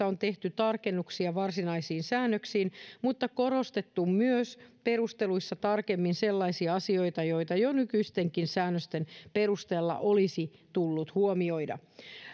on tehty tarkennuksia varsinaisiin säännöksiin mutta korostettu myös perusteluissa tarkemmin sellaisia asioita joita jo nykyistenkin säännösten perusteella olisi tullut huomioida